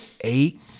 eight